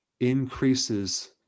increases